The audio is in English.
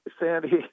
Sandy